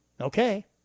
okay